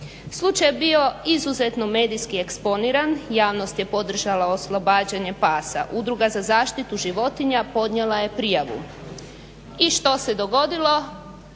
Slučaj je bio izuzetno medijski eksponiran. Javnost je podržala oslobađanje pasa. Udruga za zaštitu životinja podnijela je prijavu. I što se dogodilo?